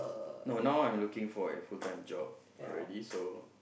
no now I'm looking for a full time job already so